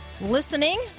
listening